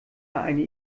eine